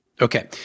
Okay